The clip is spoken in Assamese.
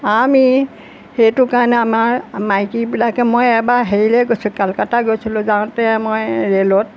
আমি সেইটো কাৰণে আমাৰ মাইকীবিলাকে মই এবাৰ হেৰিলৈ গৈছোঁ কালকাতা গৈছিলোঁ যাওঁতে মই ৰেলত